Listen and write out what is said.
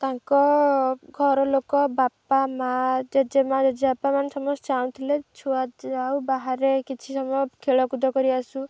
ତାଙ୍କ ଘର ଲୋକ ବାପା ମାଆ ଜେଜେମାଆ ଜେଜେବାପାମାନେ ସମସ୍ତେ ଚାହୁଁଥିଲେ ଛୁଆ ଆଉ ବାହାରେ କିଛି ସମୟ ଖେଳକୁଦ କରି ଆସୁ